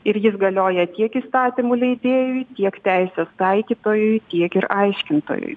ir jis galioja tiek įstatymų leidėjui tiek teisės taikytojui tiek ir aiškintojui